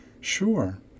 Sure